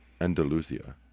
Andalusia